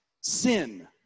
sin